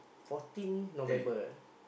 fourteen November